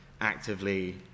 actively